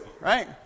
right